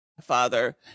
father